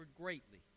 greatly